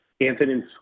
Anthony